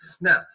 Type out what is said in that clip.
Now